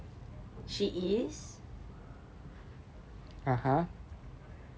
she is